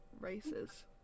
races